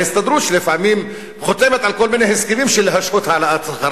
של ההסתדרות שלפעמים חותמת על כל מיני הסכמים להשהות העלאת שכר